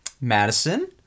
Madison